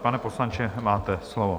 Pane poslanče, máte slovo.